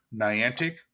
Niantic